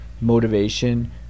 motivation